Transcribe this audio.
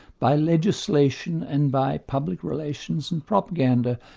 by legislation and by public relations and propaganda,